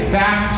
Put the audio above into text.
back